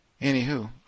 Anywho